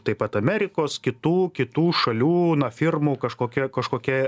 taip pat amerikos kitų kitų šalių na firmų kažkokia kažkokia